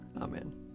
Amen